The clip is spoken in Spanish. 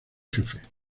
jefe